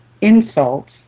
insults